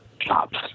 Chops